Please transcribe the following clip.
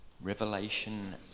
Revelation